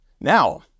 Now